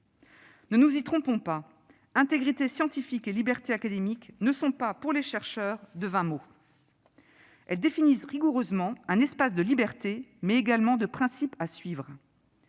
Ne nous y trompons pas : intégrité scientifique et libertés académiques ne sont pas, pour les chercheurs, de vains mots. Elles définissent rigoureusement un espace de liberté, mais également de principes à suivre.